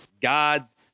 God's